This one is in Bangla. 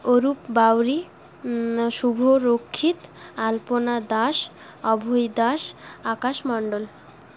অরূপ বাউরি শুভ রক্ষিত আলপনা দাস অভয় দাস আকাশ মন্ডল